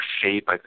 shape